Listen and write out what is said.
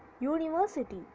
University